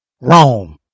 Wrong